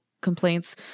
complaints